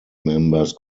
members